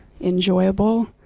enjoyable